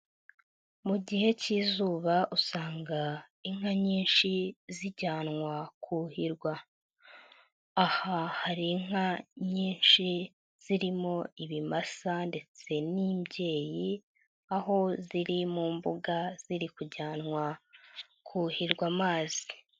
Mu gihe cy'izuba usanga inka nyinshi zijyanwa kuhirwa. Aha hari inka nyinshi zirimo ibimasa ndetse n'imbyeyi, aho ziri mu mbuga ziri kujyanwa kuhirwa amazi.